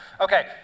Okay